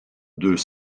deux